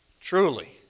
Truly